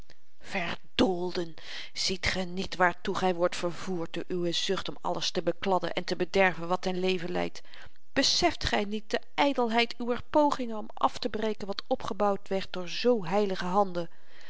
verdoolden ziet ge niet waartoe gy wordt vervoerd door uwe zucht om alles te bekladden en te bederven wat ten leven leidt beseft gy niet de ydelheid uwer pogingen om aftebreken wat opgebouwd werd door zoo heilige handen